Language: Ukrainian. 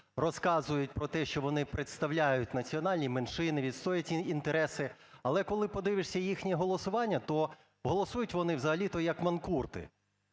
розказують про те, що вони представляють національні меншини, відстоюють інтереси. Але коли подивишся їхнє голосування, то голосують вони взагалі-то, як манкурти,